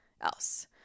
else